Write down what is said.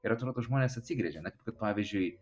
ir atrodo žmonės atsigręžia na kad pavyzdžiui